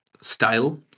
style